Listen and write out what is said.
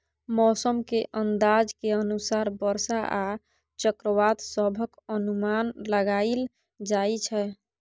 मौसम के अंदाज के अनुसार बरसा आ चक्रवात सभक अनुमान लगाइल जाइ छै